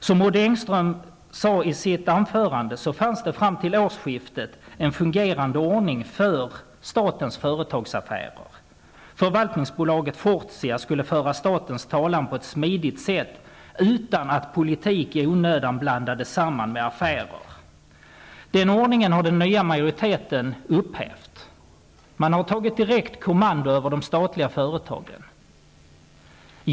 Som Odd Engström sade i sitt anförande har det fram till årsskiftet funnits en fungerande ordning för statens företagsaffärer. Förvaltningsbolaget Fortia skulle föra statens talan på ett smidigt sätt utan att politik i onödan blandades ihop med affärer. Den ordningen har den nya majoriteten upphävt. Man har tagit direkt kommando över de statliga företagen.